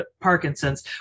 Parkinson's